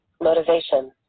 motivation